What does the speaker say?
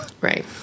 Right